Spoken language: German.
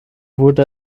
wurde